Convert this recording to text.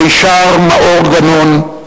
מישר מאור גנון,